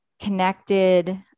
connected